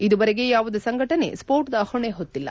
ಇದುವರೆಗೆ ಯಾವುದೇ ಸಂಘಟನೆ ಸ್ಕೋಟದ ಹೊಣೆ ಹೊತ್ತಿಲ್ಲ